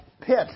pit